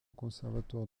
conservatoire